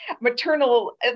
maternal